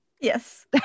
Yes